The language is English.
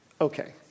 okay